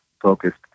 focused